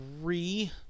three